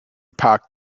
pak